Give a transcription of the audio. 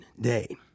day